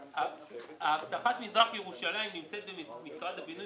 אבטחת מזרח ירושלים נמצאת במשרד הבינוי